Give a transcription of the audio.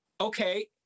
okay